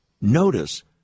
Notice